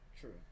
True